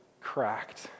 cracked